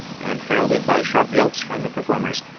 and, heralded by sharp yelps from the performers,